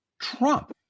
Trump